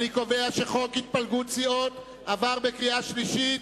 אני קובע שחוק התפלגות סיעה עבר בקריאה שלישית,